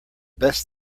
best